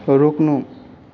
रोक्नु